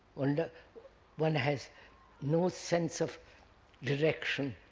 one and one has no sense of direction,